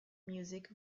music